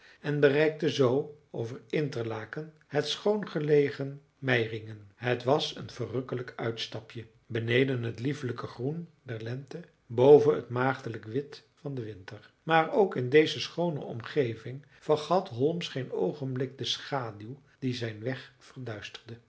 en bereikten zoo over interlaken het schoon gelegen meiringen het was een verrukkelijk uitstapje beneden het liefelijke groen der lente boven het maagdelijk wit van den winter maar ook in deze schoone omgeving vergat holmes geen oogenblik de schaduw die zijn weg